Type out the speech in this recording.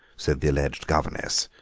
said the alleged governess,